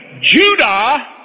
Judah